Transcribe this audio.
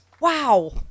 wow